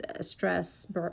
stress